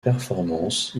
performance